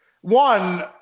one